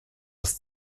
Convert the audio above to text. das